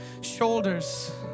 shoulders